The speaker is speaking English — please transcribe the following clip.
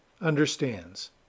understands